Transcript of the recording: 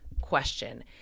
question